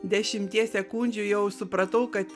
dešimties sekundžių jau supratau kad